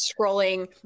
scrolling